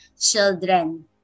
children